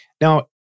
Now